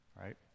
right